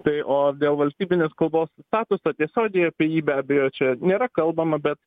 tai o dėl valstybinės kalbos statuso tiesiogiai apie jį be abejo čia nėra kalbama bet